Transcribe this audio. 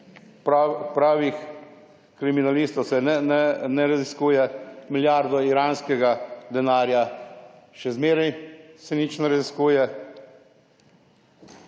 Pravih kriminalistov se ne raziskuje. Milijardo iranskega denarja, še zmeraj se nič ne raziskuje.